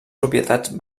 propietats